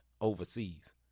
overseas